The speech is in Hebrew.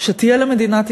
שתהיה למדינת ישראל,